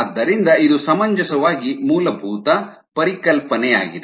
ಆದ್ದರಿಂದ ಇದು ಸಮಂಜಸವಾಗಿ ಮೂಲಭೂತ ಪರಿಕಲ್ಪನೆಯಾಗಿದೆ